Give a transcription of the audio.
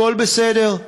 הכול בסדר.